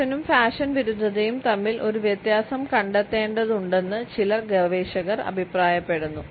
ഫാഷനും fashion വിരുദ്ധതയും തമ്മിൽ ഒരു വ്യത്യാസം കണ്ടെത്തേണ്ടതുണ്ടെന്ന് ചില ഗവേഷകർ അഭിപ്രായപ്പെടുന്നു